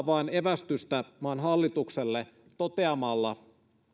vain antaa evästystä maan hallitukselle toteamalla